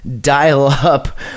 dial-up